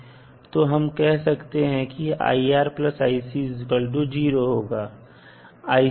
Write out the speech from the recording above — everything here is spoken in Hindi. तो हम कह सकते हैं कि होगा